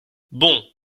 bon